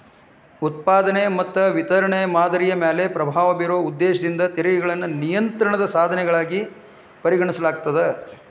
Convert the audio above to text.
ಉತ್ಪಾದನೆ ಮತ್ತ ವಿತರಣೆಯ ಮಾದರಿಯ ಮ್ಯಾಲೆ ಪ್ರಭಾವ ಬೇರೊ ಉದ್ದೇಶದಿಂದ ತೆರಿಗೆಗಳನ್ನ ನಿಯಂತ್ರಣದ ಸಾಧನಗಳಾಗಿ ಪರಿಗಣಿಸಲಾಗ್ತದ